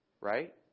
Right